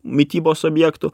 mitybos objektų